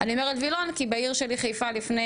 אני אומרת וילון כי בעיר שלי חיפה לפני